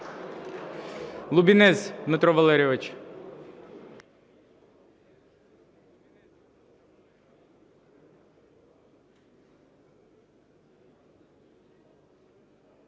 Лубінець Дмитро Валерійович.